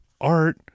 art